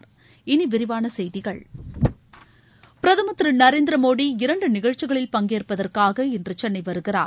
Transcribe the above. இனி விரிவான செய்திகள் பிரதமர் திரு நரேந்திர மோடி இரண்டு நிகழ்ச்சிகளில் பங்கேற்பதற்காக இன்று சென்னை வருகிறார்